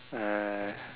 ah yeah yeah yeah